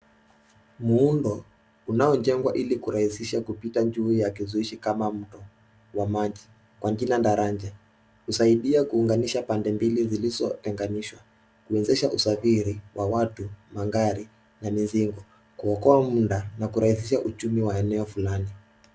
Muundo unaojengwa ili kurahisisha kupita juu ya kizuishi kama mto wa maji kwa jina, daraja. Husaidia kuunganisha pande mbili zilizotenganishwa, kuwezesha usafiri wa watu, magari na mizigo, kuokoa mda na kurahisisha uchumi wa eneo fulani.